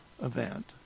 event